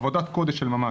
של ממש.